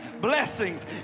blessings